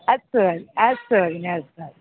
अस्तु अस्तु भगिनि अस्तु